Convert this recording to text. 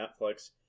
Netflix